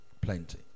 plenty